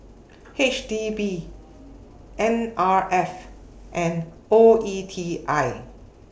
H D B N R F and O E T I